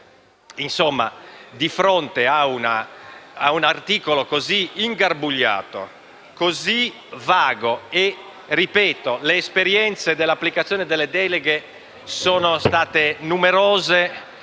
Insomma, siamo di fronte a un articolo ingarbugliato e vago e ripeto che le esperienze di applicazione delle deleghe sono state numerose